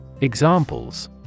Examples